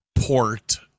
port